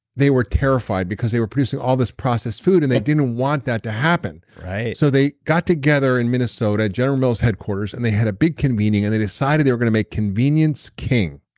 they were terrified because they were producing all this processed food, and they didn't want that to happen right so they got together in minnesota at general mills headquarters, and they had a big convening. and they decided they were going to make convenience king.